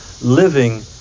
Living